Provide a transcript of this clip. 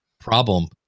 problem